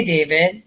David